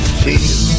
feel